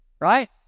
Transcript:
Right